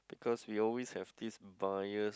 because we always have this bias